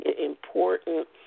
important